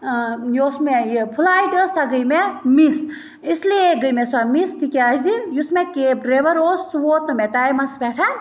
یۄس مےٚ یہِ فٕلایٹ ٲس سۄ گٔے مےٚ مِس اِسلیے گٔے مےٚ سۄ مِس تِکیٛازِ یُس مےٚ کیب ڈرٛایوَر اوس سُہ ووت نہٕ مےٚ ٹایمَس پٮ۪ٹھ